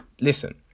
listen